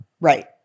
Right